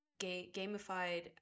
gamified